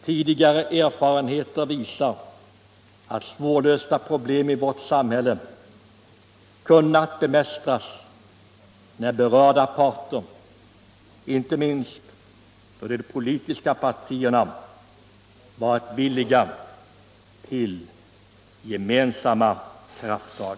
Tidigare erfarenheter visar att svårlösta problem i vårt samhälle kunnat bemästras när berörda parter, inte minst då de politiska partierna, varit villiga till gemensamma krafttag.